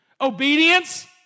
Obedience